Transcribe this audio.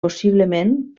possiblement